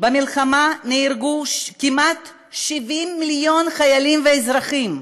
במלחמה נהרגו כמעט 70 מיליון חיילים ואזרחים,